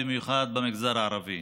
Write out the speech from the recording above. במיוחד במגזר הערבי.